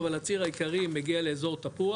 אבל הציר העיקרי מגיע לאזור תפוח